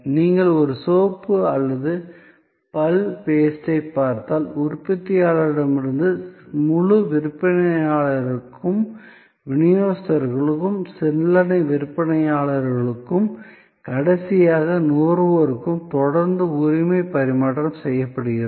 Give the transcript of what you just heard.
நீங்கள் ஒரு சோப்பு அல்லது பல் பேஸ்டைப் பார்த்தால் உற்பத்தியாளரிடமிருந்து முழு விற்பனையாளருக்கும் விநியோகஸ்தருக்கு சில்லறை விற்பனையாளருக்கும் கடைசியாக நுகர்வோருக்கும் தொடர்ந்து உரிமை பரிமாற்றம் செய்யப்படுகிறது